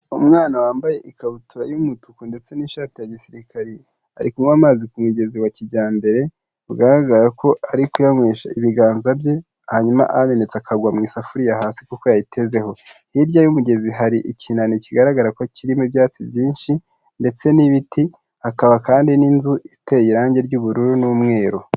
Umwana wambaye ikabutura y'umutuku ndetse n'ishati ya gisirikare ari kunywa amazi ku mugezi wa kijyambere bigaragara ko ari kumwi ibiganza bye hanyuma ametse akagwa mu isafuriya hasi kuko yayitezeho hirya y'umugezi hari ikino kigaragara ko kirimo ibyatsi byinshi ndetse n'ibiti hakaba kandi n'inzu iteye irangi ry'ubururu n'umweru.